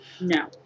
No